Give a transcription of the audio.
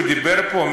מישהו דיבר פה?